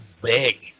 big